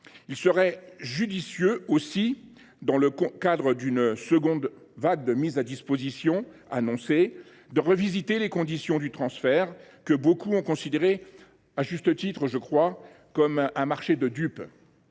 en outre judicieux, dans le cadre de la seconde vague de mise à disposition annoncée, de revisiter les conditions du transfert que beaucoup ont considérées, à juste titre, comme constitutives d’un marché de dupes.